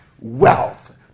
wealth